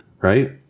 Right